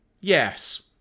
Yes